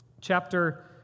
chapter